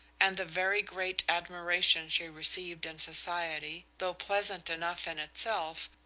and the very great admiration she received in society, though pleasant enough in itself,